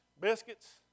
biscuits